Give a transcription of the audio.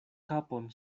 kapon